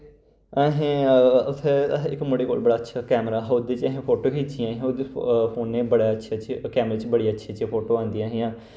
असें उत्थे असें इक मुड़े कोल बड़ा अच्छा कैमरा हा ओह्दे च असैं फोटो खिच्चियां हियां उदे फोने च बड़ा अच्छे अच्छे कैमरे च बड़ी अच्छियां अच्छियां फोटो औंदियां हियां